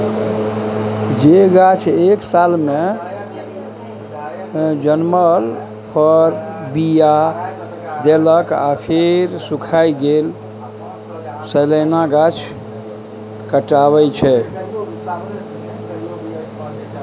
जे गाछ एक सालमे जनमल फर, बीया देलक आ फेर सुखाए गेल सलियाना गाछ कहाइ छै